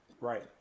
right